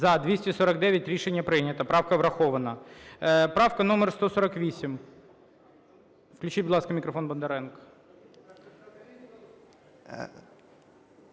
За-249 Рішення прийнято. Правка врахована. Правка номер 148. Включіть, будь ласка, мікрофон Бондаренка.